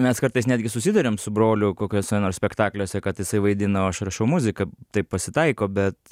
mes kartais netgi susiduriam su broliu kokiuose nors spektakliuose kad jisai vaidina o aš rašau muziką taip pasitaiko bet